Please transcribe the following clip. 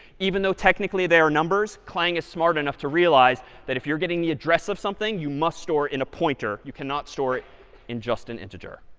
even though technically they are numbers, clang is smart enough to realize that if you're getting the address of something, you must store it in a pointer. you cannot store it in just an integer.